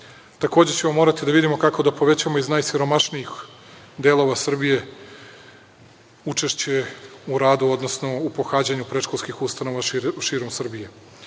ćemo morati da vidimo kako da povećamo iz najsiromašnijih delova Srbije učešće u radu, odnosno u pohađanju predškolskih ustanova širom Srbije.